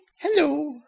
Hello